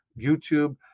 YouTube